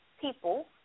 people